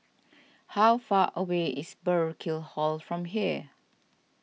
how far away is Burkill Hall from here